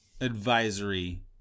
advisory